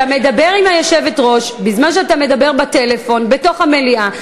אתה מדבר עם היושבת-ראש בזמן שאתה מדבר בטלפון בתוך המליאה.